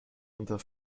unter